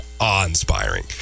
awe-inspiring